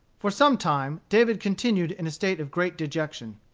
for some time david continued in a state of great dejection,